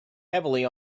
heavily